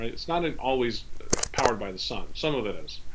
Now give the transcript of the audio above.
it's not ah always powered by the sun. some of it is.